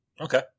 Okay